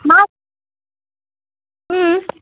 माछा